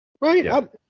Right